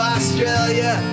Australia